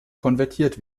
konvertiert